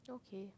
okay